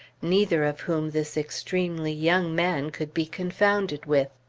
neither of whom this extremely young man could be confounded with.